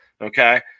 Okay